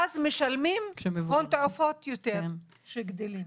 אז משלמים הון תועפות יותר כשגדלים.